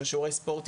של שיעורי ספורט,